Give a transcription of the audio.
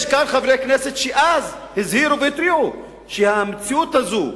יש כאן חברי כנסת שאז הזהירו והתריעו שהמציאות הזאת,